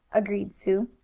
agreed sue.